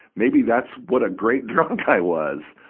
maybe that's what a great drunk i was.